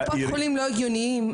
ולפסיכיאטריים הם לא הגיוניים.